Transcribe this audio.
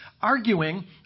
arguing